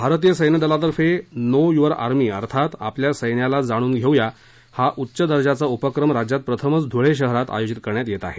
भारतीय सैन्य दलातर्फे नो युवर आर्मी अर्थात आपल्या सैन्याला जाणून घेऊ या हा उच्च दर्जाचा उपक्रम राज्यात प्रथम धुळे शहरात आयोजित करण्यात येत आहे